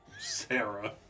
Sarah